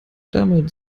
damit